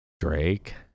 Drake